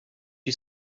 you